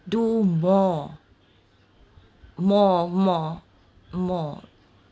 do more more more more